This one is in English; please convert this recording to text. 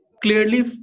Clearly